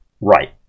Right